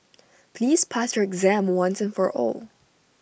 please pass your exam once and for all